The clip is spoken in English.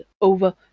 over